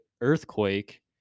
earthquake